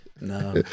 No